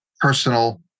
personal